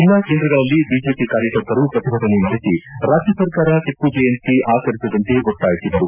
ಜಲ್ಲಾ ಕೇಂದ್ರಗಳಲ್ಲಿ ಬಿಜೆಪಿ ಕಾರ್ಯಕರ್ತರು ಪ್ರತಿಭಟನೆ ನಡೆಸಿ ರಾಜ್ಯ ಸರ್ಕಾರ ಟಪ್ಪು ಜಯಂತಿ ಆಚರಿಸದಂತೆ ಒತ್ತಾಯಿಸಿದರು